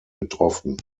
betroffen